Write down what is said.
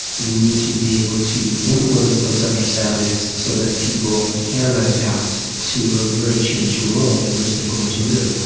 we need to be able to influence those understandings so that people can adapt to a very changed world in which they are going to live.